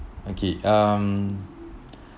okay um